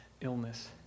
illness